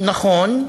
נכון,